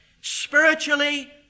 Spiritually